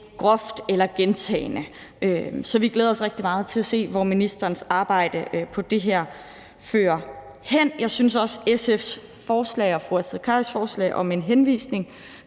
groft eller gentagne gange. Så vi glæder os rigtig meget til at se, hvor ministerens arbejde med det her fører hen. Jeg synes også, at SF og fru Astrid Carøes forslag om en henvisning